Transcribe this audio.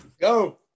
go